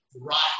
right